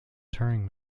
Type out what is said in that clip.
turing